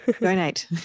Donate